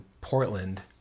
Portland